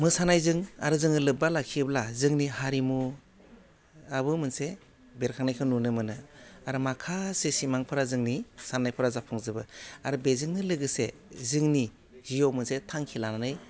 मोसानायजों आरो जोङो लोब्बा लाखियोब्ला जोंनि हारिमुआबो मोनसे बेरखांनायखौ नुनो मोनो आरो माखासे सिमांफोरा जोंनि सान्नायफोरा जाफुं जोबो आरो बेजोंनो लोगोसे जोंनि जिउआव मोनसे थांखि लानानै